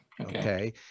Okay